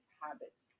habits